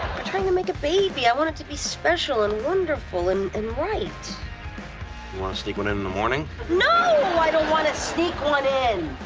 make a baby. i want it to be special and wonderful and and right. you wanna sneak one in in the morning? no, i don't wanna sneak one in!